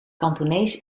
kantonees